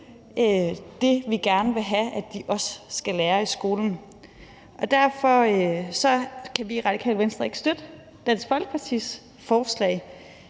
det, vi gerne vil have de også skal lære i skolen. Derfor kan vi i Radikale Venstre ikke støtte Dansk Folkepartis forslag.